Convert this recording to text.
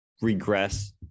regress